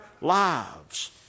lives